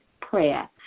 prayer